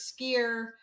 skier